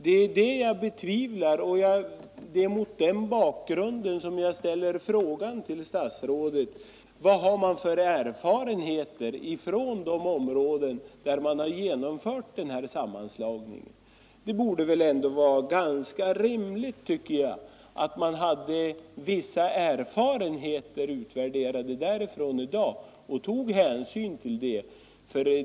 Det är det jag betvivlar, och det är mot den bakgrunden som jag ställer frågan till statsrådet: Vad har man för erfarenheter från de områden där man har genomfört sammanslagningar? Det borde vara ganska rimligt, tycker jag, att man hade vissa erfarenheter utvärderade därifrån i dag och tog hänsyn till dem.